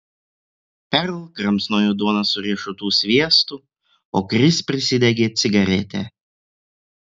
perl kramsnojo duoną su riešutų sviestu o kris prisidegė cigaretę